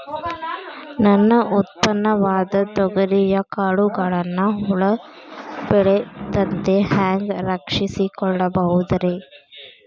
ನನ್ನ ಉತ್ಪನ್ನವಾದ ತೊಗರಿಯ ಕಾಳುಗಳನ್ನ ಹುಳ ಬೇಳದಂತೆ ಹ್ಯಾಂಗ ರಕ್ಷಿಸಿಕೊಳ್ಳಬಹುದರೇ?